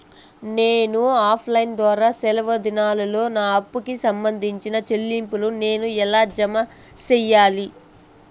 నేను offline ద్వారా సెలవు దినాల్లో నా అప్పుకి సంబంధించిన చెల్లింపులు నేను ఎలా జామ సెయ్యాలి?